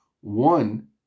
One